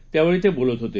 त्यावेळी ते बोलत होते